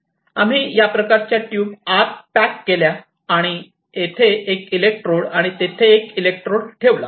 आम्ही या प्रकारच्या ट्यूब आत पॅक केल्या आणि येथे एक इलेक्ट्रोड आणि तेथे एक इलेक्ट्रोड ठेवला